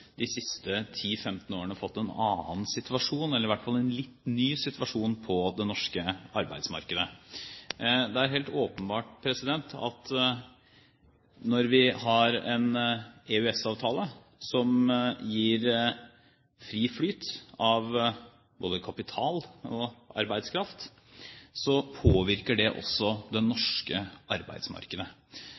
de siste 10–15 årene har fått en annen situasjon, eller i hvert fall en litt ny situasjon, på det norske arbeidsmarkedet. Det er helt åpenbart at når vi har en EØS-avtale som gir fri flyt av både kapital og arbeidskraft, påvirker det også det norske arbeidsmarkedet.